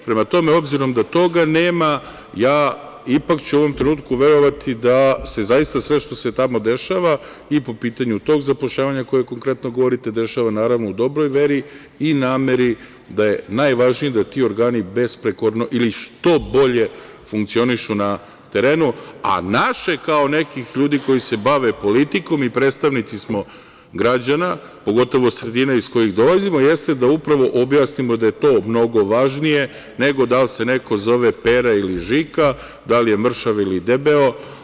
Prema tome, obzirom da toga nema, ja ipak ću u ovom trenutku verovati da se zaista sve što se tamo dešava i po pitanju tog zapošljavanja o kojem konkretno govorite, dešava, naravno, u dobroj veri i nameri da je najvažnije da ti organi besprekorno ili što bolje funkcionišu na terenu, a naše kao nekih ljudi koji se bave politikom i predstavnici smo građana, pogotovo sredine iz kojih dolazimo, jeste da upravo objasnimo da je to mnogo važnije, nego da li se neko zove Pera ili Žika, da li je mršav ili debeo.